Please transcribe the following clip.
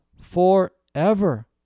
forever